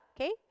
Okay